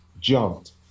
jumped